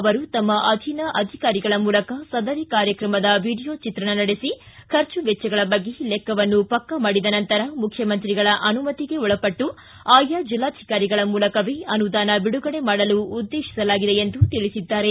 ಅವರು ತಮ್ನ ಅಧೀನ ಅಧಿಕಾರಿಗಳ ಮೂಲಕ ಸದರಿ ಕಾರ್ಯಕ್ರಮದ ವಿಡಿಯೋ ಚಿತ್ರಣ ನಡೆಸಿ ಖರ್ಚು ವೆಚ್ಚಗಳ ಬಗ್ಗೆ ಲೆಕ್ಕವನ್ನು ಪಕ್ನಾ ಮಾಡಿದ ನಂತರ ಮುಖ್ಯಮಂತ್ರಿಗಳ ಅನುಮತಿಗೆ ಒಳಪಟ್ಟು ಆಯಾ ಜಿಲ್ಲಾಧಿಕಾರಿಗಳ ಮೂಲಕವೇ ಅನುದಾನ ಬಿಡುಗಡೆ ಮಾಡಲು ಉದ್ದೇಶಿಸಲಾಗಿದೆ ಎಂದು ತಿಳಿಸಿದ್ದಾರೆ